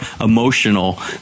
emotional